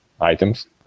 items